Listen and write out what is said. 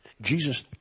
Jesus